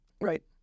Right